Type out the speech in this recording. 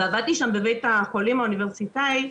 ועבדתי שם בביה"ח האוניברסיטאי,